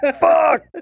Fuck